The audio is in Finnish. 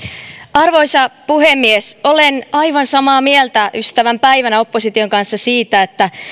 arvoisa puhemies olen aivan samaa mieltä ystävänpäivänä opposition kanssa siitä että